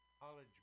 College